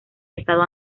estado